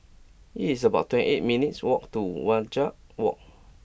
it's about twenty eight minutes' walk to Wajek Walk